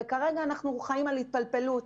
כרגע אנחנו חיים על התפלפלות: